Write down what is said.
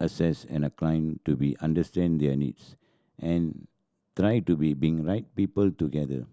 assess an client to be understand their needs and try to be being right people together